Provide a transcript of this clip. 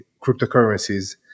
cryptocurrencies